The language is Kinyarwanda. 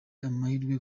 amahirwe